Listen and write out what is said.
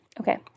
Okay